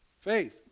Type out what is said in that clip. Faith